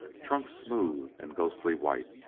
trunks smooth and ghostly white,